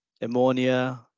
ammonia